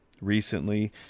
recently